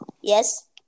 Yes